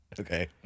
Okay